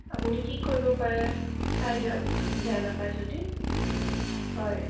আপুনি কি কৰিব পাৰে চাই দিয়ক বেয়া নাপায় যদি হয়